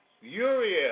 Uriel